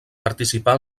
participà